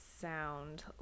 sound